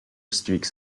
streaks